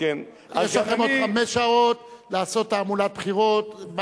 רבותי, יש לכם עוד חמש שעות לעשות תעמולת בחירות.